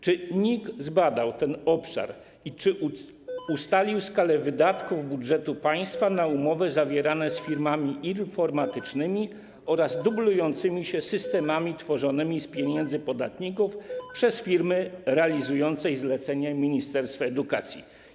Czy NIK zbadał ten obszar i czy ustalił skalę wydatków budżetu państwa na umowy zawierane z firmami informatycznymi oraz dublującymi się systemami tworzonymi z pieniędzy podatników przez firmy realizujące zlecenie ministerstwa edukacji?